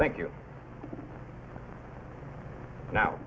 thank you now